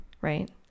Right